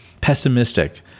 pessimistic